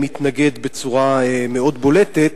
מתנגד בצורה מאוד בולטת,